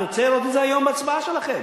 אני רוצה לראות את זה היום בהצבעה שלכם.